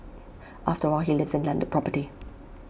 after all he lives in landed property